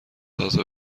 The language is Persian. تازه